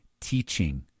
teaching